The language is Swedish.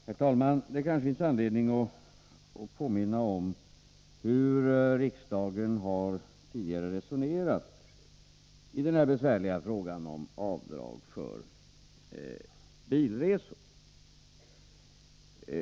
Herr talman! Det kanske finns anledning att påminna om hur riksdagen tidigare har resonerat i den här besvärliga frågan om avdrag för bilresor.